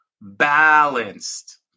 balanced